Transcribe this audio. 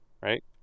right